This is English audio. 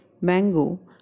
mango